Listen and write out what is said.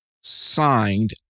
signed